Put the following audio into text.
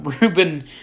Ruben